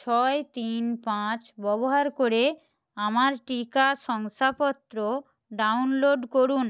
ছয় তিন পাঁচ ব্যবহার করে আমার টিকা শংসাপত্র ডাউনলোড করুন